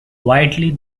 widely